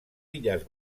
illes